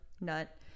nut